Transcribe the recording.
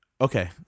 Okay